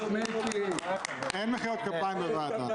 --- אין מחיאות כפיים בוועדה.